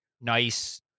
nice